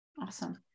Awesome